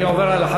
אני עובר הלאה.